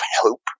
hope